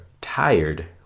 tired